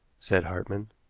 said hartmann,